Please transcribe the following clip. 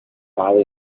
bali